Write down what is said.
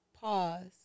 pause